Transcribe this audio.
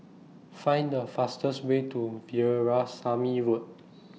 Find The fastest Way to Veerasamy Road